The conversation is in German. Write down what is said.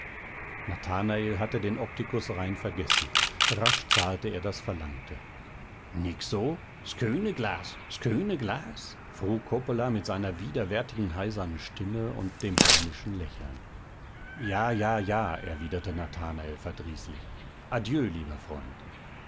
nathanael hatte den optikus rein vergessen rasch zahlte er das verlangte nick so sköne glas sköne glas frug coppola mit seiner widerwärtigen heisern stimme und dem hämischen lächeln ja ja ja erwiderte nathanael verdrießlich adieu lieber freund